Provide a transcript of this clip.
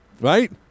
right